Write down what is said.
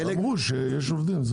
אמרו שיש עובדים.